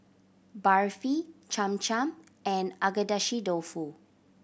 Barfi Cham Cham and Agedashi Dofu